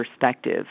perspective